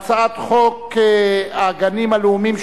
הצעת חוק הגנים הלאומיים,